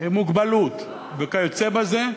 מוגבלות וכיוצא בזה,